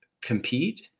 compete